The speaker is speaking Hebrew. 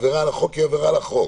עבירה על החוק היא עבירה על החוק